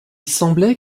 semblait